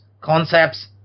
concepts